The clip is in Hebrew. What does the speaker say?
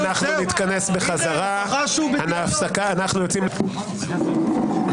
חזרנו מההפסקה, רבותיי.